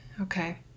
Okay